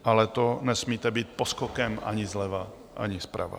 Ale to nesmíte být poskokem ani zleva, ani zprava.